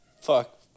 fuck